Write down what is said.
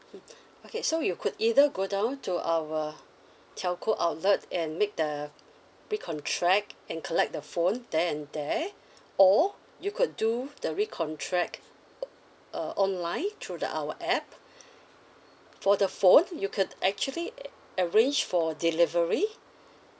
okay so you could either go down to our telco outlet and make the recontract and collect the phone there and there or you could do the recontract online through the our app for the phone you could actually uh arrange for delivery